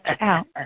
out